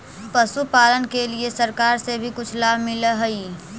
पशुपालन के लिए सरकार से भी कुछ लाभ मिलै हई?